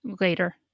later